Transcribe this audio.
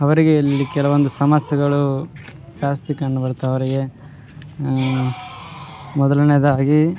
ಅವರಿಗೆ ಇಲ್ಲಿ ಕೆಲವೊಂದು ಸಮಸ್ಯೆಗಳು ಜಾಸ್ತಿ ಕಂಡು ಬರ್ತಾವೆ ಅವರಿಗೆ ಮೊದಲನೆಯದಾಗಿ